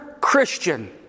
Christian